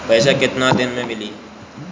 पैसा केतना दिन में मिली?